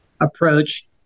approach